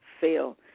fail